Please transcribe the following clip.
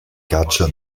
caccia